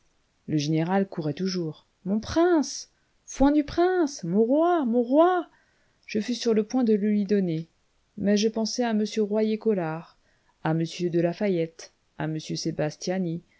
le général courait toujours mon prince foin du prince mon roi mon roi je fus sur le point de lui donner mais je pensai à m royer-collard à m de lafayette à m sébastiani